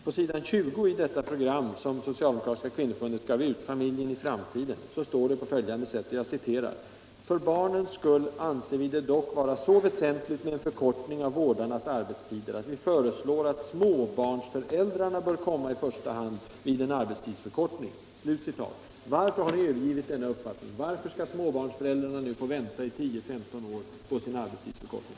På s. 20 i Socialdemokratiska kvinnoförbundets program Familjen i framtiden står det: ”För barnens skull anser vi det dock vara så väsentligt med en förkortning av vårdarnas arbetstider att vi föreslår att småbarnsföräldrarna bör komma i första hand vid en arbetstidsförkortning.” Varför har ni övergivit denna uppfattning? Varför skall småbarnsföräldrarna nu få vänta i 10-15 år på sin arbetstidsförkortning?